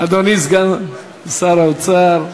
אדוני סגן שר האוצר,